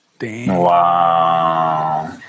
Wow